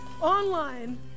online